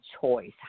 choice